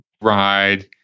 ride